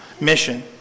mission